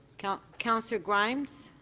counsellor counsellor grimes?